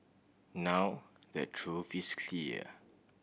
now the truth is clear